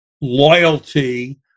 loyalty